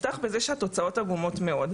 אפתח בזה שהתוצאות עגומות מאוד.